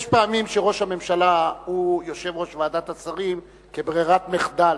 יש פעמים שראש הממשלה הוא יושב-ראש ועדת שרים כברירת מחדל,